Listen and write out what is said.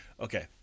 Okay